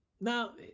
Now